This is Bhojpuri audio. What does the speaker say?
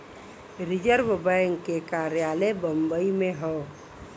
रिज़र्व बैंक के कार्यालय बम्बई में हौ